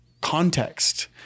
context